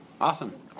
Awesome